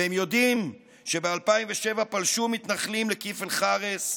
הם יודעים שב-2007 פלשו מתנחלים לכיפל חארס,